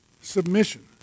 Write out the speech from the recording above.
Submission